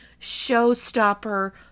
showstopper